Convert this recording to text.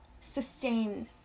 sustain